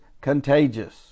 contagious